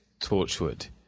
Torchwood